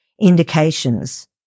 indications